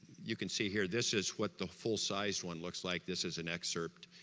you can see here, this is what the full size one looks like, this is an except,